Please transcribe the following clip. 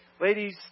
Ladies